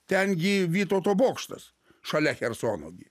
ten gi vytauto bokštas šalia chersono gi